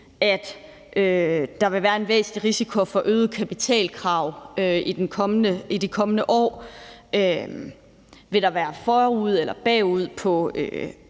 at der vil være en væsentlig risiko for et øget kapitalkrav i de kommende år, og om det i forhold til det